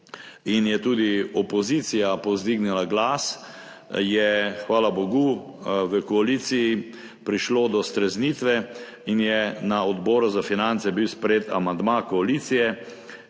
in je tudi opozicija povzdignila glas, je, hvala bogu, v koaliciji prišlo do streznitve in je bil na Odboru za finance sprejet amandma koalicije,